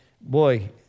boy